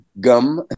gum